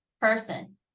person